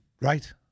right